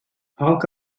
halk